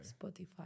Spotify